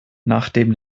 nachdem